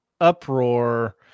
uproar